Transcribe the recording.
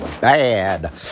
bad